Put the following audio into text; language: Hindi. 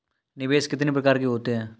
निवेश कितने प्रकार के होते हैं?